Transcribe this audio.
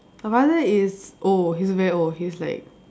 my father is old he's very old he's like